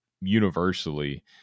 universally